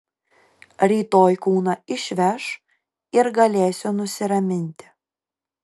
rytoj kūną išveš ir galėsiu nusiraminti